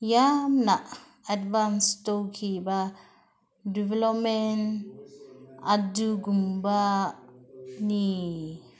ꯌꯥꯝꯅ ꯑꯦꯠꯚꯥꯟꯁ ꯇꯧꯈꯤꯕ ꯗꯦꯚꯦꯂꯞꯃꯦꯟ ꯑꯗꯨꯒꯨꯝꯕꯅꯤ